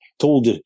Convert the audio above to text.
told